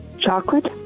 Chocolate